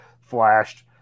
flashed